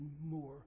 more